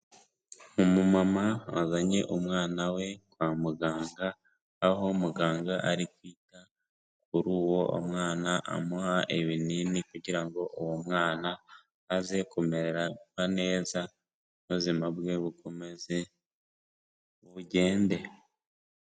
Umumama wazanye umwana we kwa muganga, aho muganga ari kwita kuri uwo mwana amuha ibinini kugira ngo uwo mwana aze kumererwa neza ubuzima bwe bukomeze bugende.